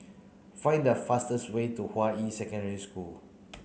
find the fastest way to Hua Yi Secondary School